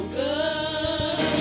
good